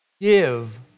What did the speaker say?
Give